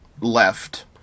left